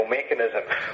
mechanism